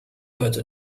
heute